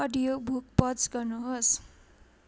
audiobook pause गर्नुहोस्